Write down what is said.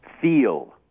Feel